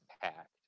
packed